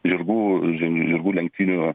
žirgų žirgų lenktynių